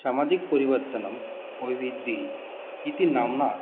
सामाजिकपरिवर्तनम् अभिवृद्धिः इति नाम्ना